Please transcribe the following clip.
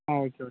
okay